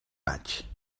vaig